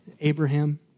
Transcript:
Abraham